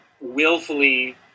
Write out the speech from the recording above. willfully